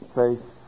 faith